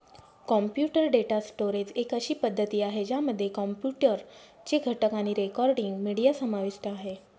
computer data storage एक अशी पद्धती आहे, ज्यामध्ये कॉम्प्युटर चे घटक आणि रेकॉर्डिंग, मीडिया समाविष्ट आहे